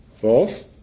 False